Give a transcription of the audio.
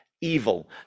evil